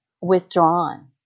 withdrawn